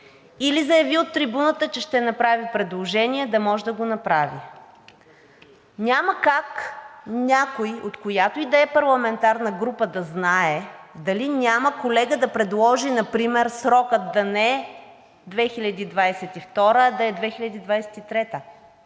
или заяви от трибуната, че ще направи предложение, да може да го направи. Няма как някой от която и да е парламентарна група да знае дали няма колега да предложи например срокът да не е 2022 г., а да е 2023